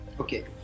Okay